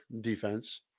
defense